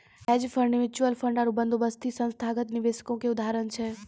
hedge fund, mutual fund आरु बंदोबस्ती संस्थागत निवेशको के उदाहरण छै